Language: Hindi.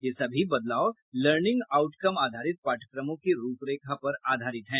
ये सभी बदलाव लर्निंग आउट कम आधारित पाठ्यक्रमों की रूपरेखा पर आधारित हैं